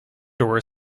door